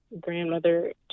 grandmother